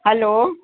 hello